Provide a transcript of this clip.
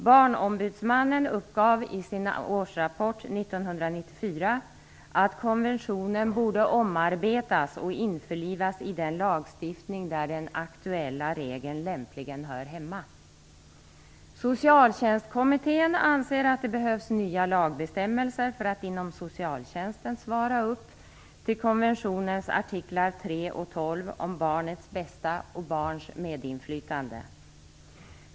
Barnombudsmannen uppgav i sin årsrapport 1994 att konventionen borde omarbetas och införlivas i den lagstiftning där den aktuella regeln lämpligen hör hemma. Socialtjänstkommittén anser att det behövs nya lagbestämmelser för att man inom socialtjänsten skall kunna svara upp mot konventionens artiklar 3 och 12 om barnets bästa och barns medinflytande.